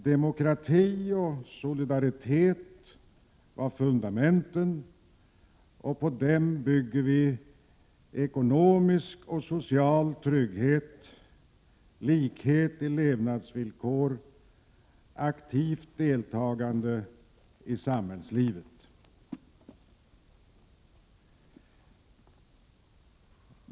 Demokrati och solidaritet var fundamenten för ekonomisk och social trygghet, likhet i levnadsvillkor, aktivt deltagande i samhällsliv.